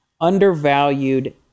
undervalued